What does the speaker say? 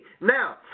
Now